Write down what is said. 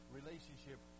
relationship